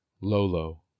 Lolo